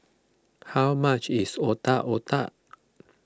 how much is Otak Otak